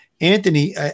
Anthony